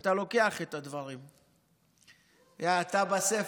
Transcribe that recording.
אתה לוקח את הדברים, אתה בספר.